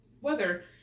weather